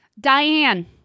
Diane